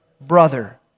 Brother